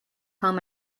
home